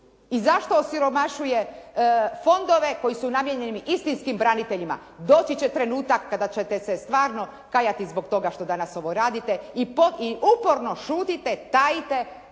i zašto osiromašuje fondove koji su namijenjeni istinskim braniteljima? Doći će trenutak kada ćete se stvarno kajati zbog toga što danas ovo radite i uporno šutite, tajite